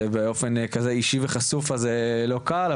באופן כזה אישי וחשוף זה לא קל,